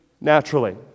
naturally